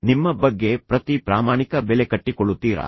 ನಿಮ್ಮ ಬಗ್ಗೆ ಪ್ರತಿ ಪ್ರಾಮಾಣಿಕ ಬೆಲೆ ಕಟ್ಟಿಕೊಳ್ಳುತ್ತೀರಾ